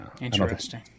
interesting